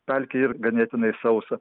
pelkėj yr ganėtinai sausa